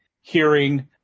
hearing